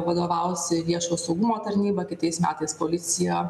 vadovaus viešo saugumo tarnyba kitais metais policija